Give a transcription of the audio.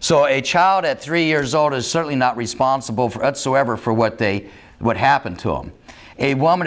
so a child at three years old is certainly not responsible for what so ever for what they what happened to him a woman